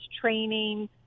training